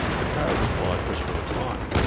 the power is applied for a shorter time.